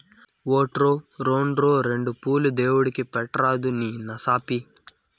ఓటో, రోండో రెండు పూలు దేవుడిని పెట్రాదూ నీ నసాపి